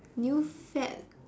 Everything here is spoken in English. new fad